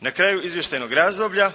Na kraju izvještajnog razdoblja